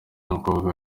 mukobwa